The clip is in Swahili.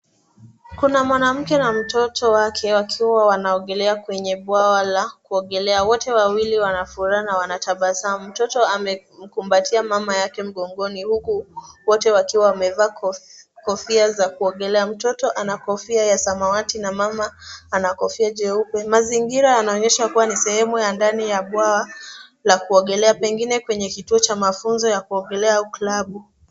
Kuna mwanamke na mtoto wake wakiwa wanaogelea kwenye bwawa la kuogelea. Wote wawili wana furaha na wanatabasamu. Mtoto amemkumbatia mama yake mgongoni huku, wote wakiwa wamevaa kofia za kuogelea mtoto ana kofia ya samawati na mama, ana kofia jeupe. Mazingira yanayonyesha kuwa ni sehemu ya ndani ya bwawa la kuogelea pengine kwenye kituo cha mafunzo ya kuogelea au klabu.